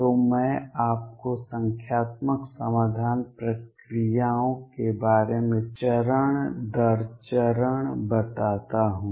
तो मैं आपको संख्यात्मक समाधान प्रक्रियाओं के बारे में चरण दर चरण बताता हूँ